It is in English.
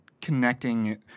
connecting